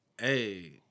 Hey